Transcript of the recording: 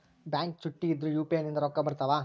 Bank ಚುಟ್ಟಿ ಇದ್ರೂ UPI ನಿಂದ ರೊಕ್ಕ ಬರ್ತಾವಾ?